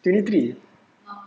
twenty three